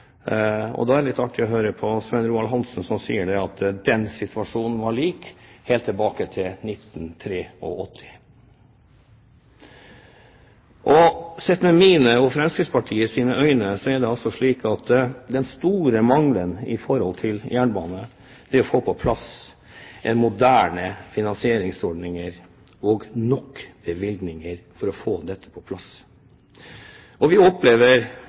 Da er det litt artig å høre på Svein Roald Hansen, som sier at den situasjonen har vært lik helt tilbake til 1983. Sett med mine og Fremskrittspartiets øyne er løsningen på den store mangelen når det gjelder jernbane, å få på plass moderne finansieringsordninger og nok bevilgninger. Men vi opplever ved hver eneste behandling at Regjeringen går imot å få på plass moderne finansieringsløsninger. Vi